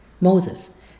Moses